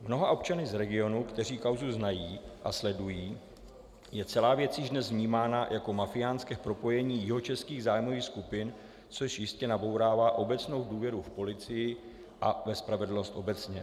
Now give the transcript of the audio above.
Mnoha občany z regionu, kteří kauzu znají a sledují, je celá věc již dnes vnímána jako mafiánské propojení jihočeských zájmových skupin, což jistě nabourává obecnou důvěru v policii a ve spravedlnost obecně.